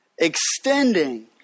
Extending